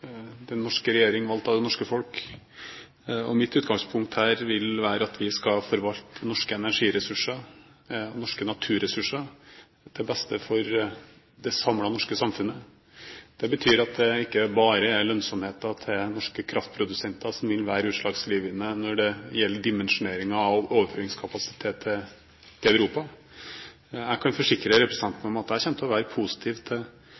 den norske regjering valgt av det norske folk, og mitt utgangspunkt her vil være at vi skal forvalte norske energiressurser og norske naturressurser til beste for det norske samfunnet samlet. Det betyr at det ikke bare er lønnsomheten til norske kraftprodusenter som vil være utslagsgivende når det gjelder dimensjoneringen av overføringskapasiteten til Europa. Jeg kan forsikre representanten om at jeg kommer til å være positiv